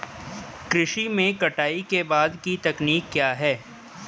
कृषि में कटाई के बाद की तकनीक क्या है?